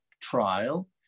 trial